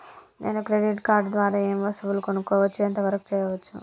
నేను credit card ద్వారా ఏం వస్తువులు కొనుక్కోవచ్చు ఎంత వరకు చేయవచ్చు?